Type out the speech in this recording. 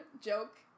joke